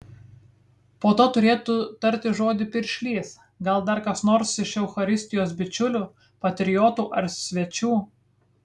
po to turėtų tarti žodį piršlys gal dar kas nors iš eucharistijos bičiulių patriotų ar svečių